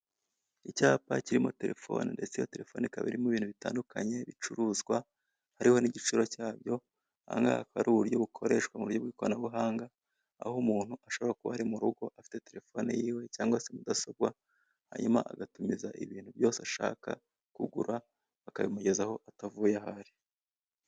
Icyapa kirimo telefoni ndetse iyo telefoni ikabarimo ibintu bitandukanye bicuruzwa, hariho n'igiciro cyabyo aha ngaha akaba ari uburyo bukoreshwa mu buryo bw'ikoranabuhanga aho umuntu ashobora kuba ari mu rugo afite telefone yiwe, cyangwa se mudasobwa hanyuma agatumiza ibintu byose ashaka kugura bakabimugezaho atavuye aho ari.